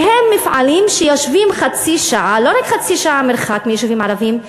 והם מפעלים שיושבים חצי שעה לא רק חצי שעה מרחק מיישובים ערביים,